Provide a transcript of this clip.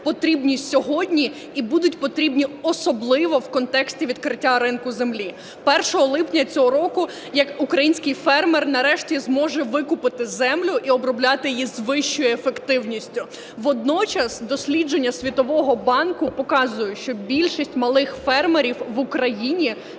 потрібні сьогодні і будуть потрібні особливо в контексті відкриття ринку землі 1 липня цього року, як український фермер нарешті зможе викупити землю і обробляти її з вищою ефективністю. Водночас дослідження Світового банку показує, що більшість малих фермерів в Україні